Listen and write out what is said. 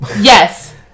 Yes